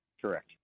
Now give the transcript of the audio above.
Correct